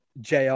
JR